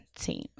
team